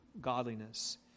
godliness